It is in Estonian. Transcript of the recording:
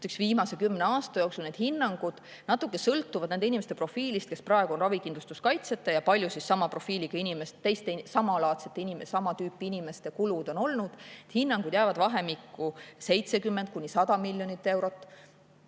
viimase kümne aasta jooksul, need hinnangud natuke sõltuvad nende inimeste profiilist, kes praegu on ravikindlustuskaitseta, ja kui palju sama profiiliga inimeste, teiste samalaadsete inimeste, sama tüüpi inimeste kulud on olnud. Hinnangud jäävad vahemikku 70–100 miljonit eurot.